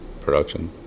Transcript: production